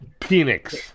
Penix